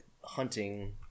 hunting